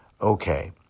okay